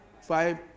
Five